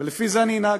ולפי זה אני אנהג,